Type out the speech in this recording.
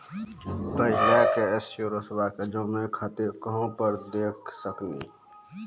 पहले के इंश्योरेंसबा के जाने खातिर कहां पर देख सकनी?